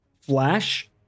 flash